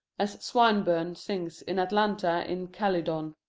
as swinburne sings in atalanta in calydon.